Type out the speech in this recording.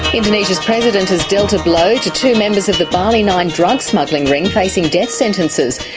indonesia's president has dealt a blow to two members of the bali nine drug smuggling ring facing death sentences.